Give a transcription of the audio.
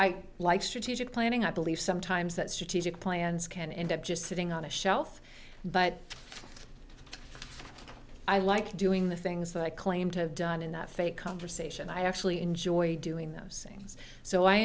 i like strategic planning i believe sometimes that strategic plans can end up just sitting on a shelf but i like doing the things that i claim to have done enough a conversation i actually enjoy doing those things so i